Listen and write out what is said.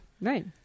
Right